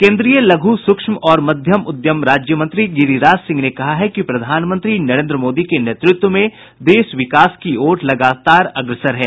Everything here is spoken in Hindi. केन्द्रीय लघु सूक्ष्म और मध्यम उद्यम राज्य मंत्री गिरिराज सिंह ने कहा है कि प्रधानमंत्री नरेन्द्र मोदी के नेतृत्व में देश विकास की ओर लगातार अग्रसर है